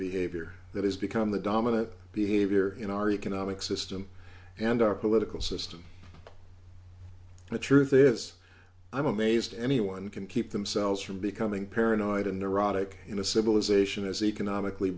behavior that has become the dominant behavior in our economic system and our political system the truth is i'm amazed anyone can keep themselves from becoming paranoid and neurotic in a civilization as economically